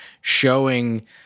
showing